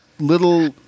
little